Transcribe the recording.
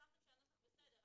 אמרתם שהנוסח בסדר.